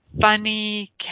funny